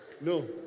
No